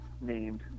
named